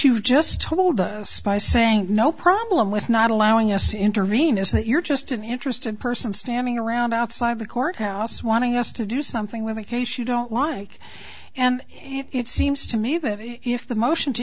you've just told a spy saying no problem with not allowing us to intervene is that you're just an interested person standing around outside the courthouse wanting us to do something with a case you don't like and it seems to me that if the motion to